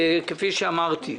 כפי שאמרתי,